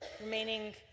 remaining